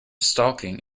stalking